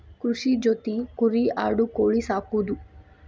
ಕೃಷಿ ಜೊತಿ ಕುರಿ ಆಡು ಕೋಳಿ ಸಾಕುದು